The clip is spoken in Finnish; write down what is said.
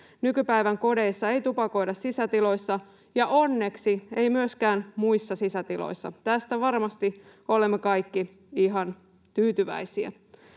Nykypäivän kodeissa ei tupakoida sisätiloissa ja onneksi ei myöskään muissa sisätiloissa. Tästä varmasti olemme kaikki ihan tyytyväisiä.